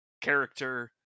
character